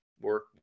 work